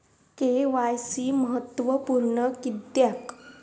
KYC महत्त्वपुर्ण किद्याक?